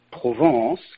Provence